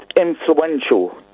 influential